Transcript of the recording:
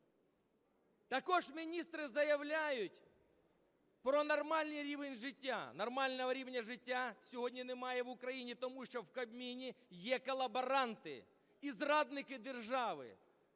Також міністри заявляють про нормальний рівень життя. Нормального рівня життя сьогодні немає в Україні, тому що в Кабміні є колаборанти і зрадники держави.